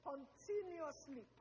Continuously